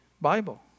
Bible